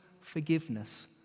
forgiveness